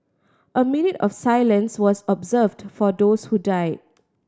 a minute of silence was observed for those who died